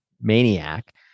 maniac